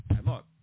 look